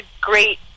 great